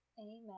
Amen